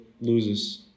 loses